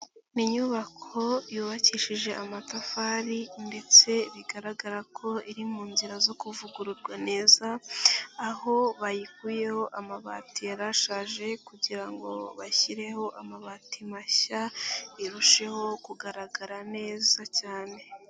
Ni inyubako yubakishije amatafari ndetse bigaragara ko iri mu nzira zo kuvugururwa neza aho bayikuyeho amabati yari ashaje kugira ngo bashyireho amabati mashya irusheho kugaragara neza cyane.